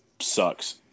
sucks